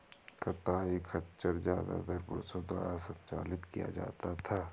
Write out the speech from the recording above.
कताई खच्चर ज्यादातर पुरुषों द्वारा संचालित किया जाता था